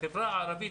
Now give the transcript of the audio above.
בחברה הערבית,